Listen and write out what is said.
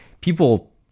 people